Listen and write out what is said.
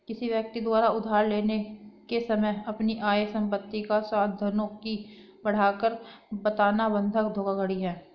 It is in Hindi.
किसी व्यक्ति द्वारा उधार लेने के समय अपनी आय, संपत्ति या साधनों की बढ़ाकर बताना बंधक धोखाधड़ी है